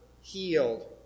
healed